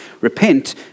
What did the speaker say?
Repent